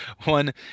One